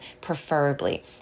preferably